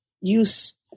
use